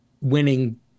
winning